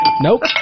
Nope